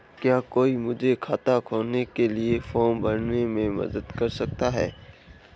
क्या कोई मुझे खाता खोलने के लिए फॉर्म भरने में मदद कर सकता है?